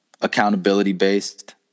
accountability-based